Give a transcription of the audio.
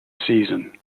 season